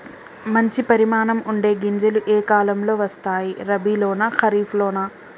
మంచి పరిమాణం ఉండే గింజలు ఏ కాలం లో వస్తాయి? రబీ లోనా? ఖరీఫ్ లోనా?